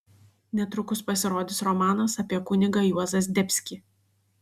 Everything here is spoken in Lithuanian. netrukus pasirodys romanas apie kunigą juozą zdebskį